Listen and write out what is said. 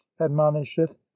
admonisheth